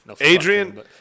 Adrian